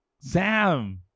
Sam